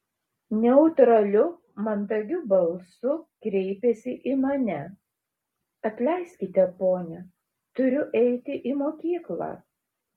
neutraliu mandagiu balsu kreipėsi į mane atleiskite ponia turiu eiti į mokyklą